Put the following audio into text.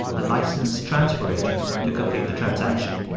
a licensed transfer agent, to complete the transaction.